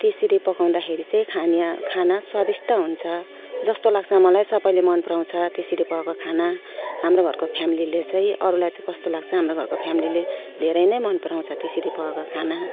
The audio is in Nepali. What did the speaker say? त्यसरी पकाउँदाखेरि चाहिँ खानी आ खाना स्वादिष्ट हुन्छ जस्तो लाग्छ मलाई सबैले मनपराउँछ त्यसरी पकाएको खाना हाम्रो घरको फ्यामिलीले चाहिँ अरूलाई चाहिँ कस्तो लाग्छ हाम्रो घरको फ्यामिलीले धेरै नै मनपराउँछ त्यसरी पकाएको खाना